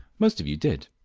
most of you did.